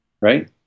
right